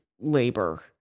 labor